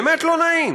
באמת לא נעים.